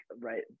right